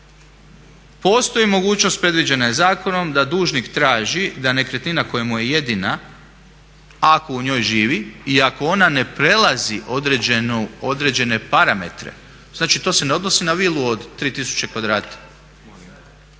Postoji mogućnost predviđena je zakonom da dužnik traži da nekretnina koja mu je jedina, ako u njoj živi i ako ona ne prelazi određene parametre, znači to se ne odnosi na vilu od 3000 kvadrata